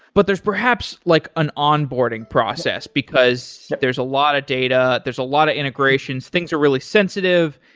but there is perhaps like an onboarding process, because there is a lot of data, there is a lot of integration. things are really sensitive.